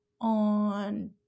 on